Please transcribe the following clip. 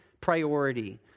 priority